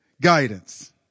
guidance